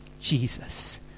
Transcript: Jesus